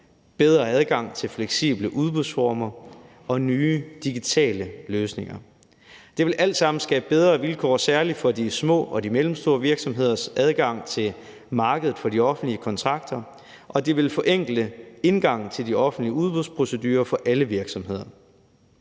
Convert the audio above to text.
bedre adgang til fleksible udbudsformer og nye digitale løsninger. Det vil alt sammen skabe bedre vilkår, særlig for de små og de mellemstore virksomheders adgang til markedet for de offentlige kontrakter, og det vil forenkle indgangen til de offentlige udbudsprocedurer for alle virksomheder.